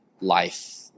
life